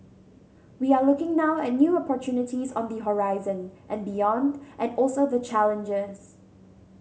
we are looking now at new opportunities on the horizon and beyond and also the challenges